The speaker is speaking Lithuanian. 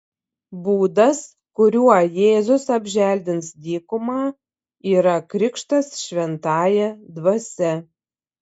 būdas kuriuo jėzus apželdins dykumą yra krikštas šventąja dvasia